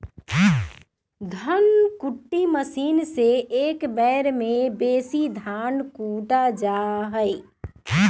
धन कुट्टी मशीन से एक बेर में बेशी धान कुटा जा हइ